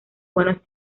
buenos